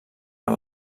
per